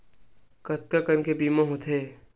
कतका कन ले बीमा होथे?